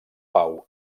pau